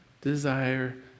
desire